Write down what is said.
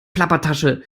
plappertasche